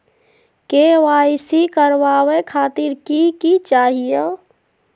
KYC करवावे खातीर कि कि चाहियो?